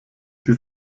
sie